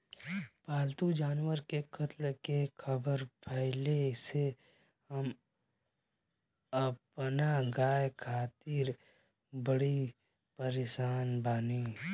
पाल्तु जानवर के कत्ल के ख़बर फैले से हम अपना गाय खातिर बड़ी परेशान बानी